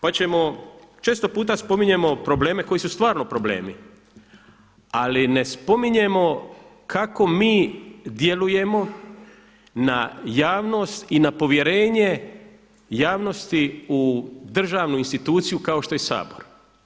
Pa ćemo, često puta spominjemo probleme koji su stvarno problemi, ali ne spominjemo kako mi djelujemo na javnost i na povjerenje javnosti u državnu instituciju kao što je Sabor.